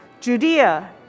Judea